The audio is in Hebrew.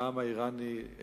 העם האירני,